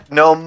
no